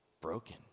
broken